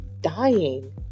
dying